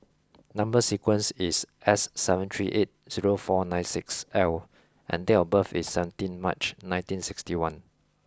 number sequence is S seven three eight zero four nine six L and date of birth is seventeenth March nineteen sixty one